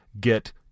get